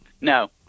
No